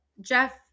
Jeff